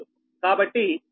కాబట్టి Xm2new 0